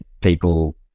people